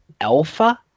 alpha